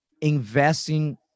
investing